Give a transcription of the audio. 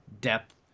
depth